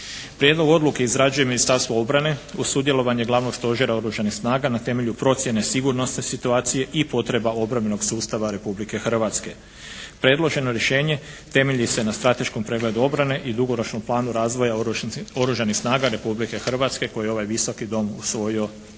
Prijedlog odluke izrađuje Ministarstvo obrane uz sudjelovanje Glavnog stožera Oružanih snaga na temelju procjene sigurnosne situacije i potreba obrambenog sustava Republike Hrvatske. Predloženo rješenje temelji se na strateškom pregledu obrane i dugoročnom planu razvoja Oružanih snaga Republike Hrvatske koje je ovaj Visoki dom usvojio